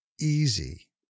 easy